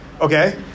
Okay